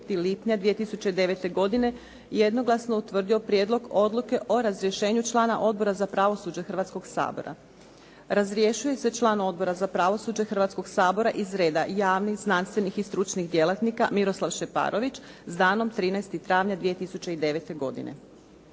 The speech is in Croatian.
lipnja 2009. godine jednoglasno je utvrdio prijedlog odluke o razrješenju člana Odbora za pravosuđe Hrvatskog sabora. Razrješuje se član Odbora za pravosuđe Hrvatskog sabora iz reda javnih, znanstvenih i stručnih djelatnika, Miroslav Šeparović s danom 13. travnja 2009. godine.